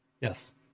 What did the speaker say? yes